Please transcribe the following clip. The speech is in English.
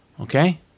Okay